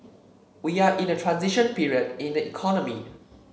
we are in a transition period in the economy